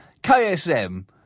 KSM